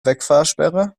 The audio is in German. wegfahrsperre